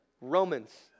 Romans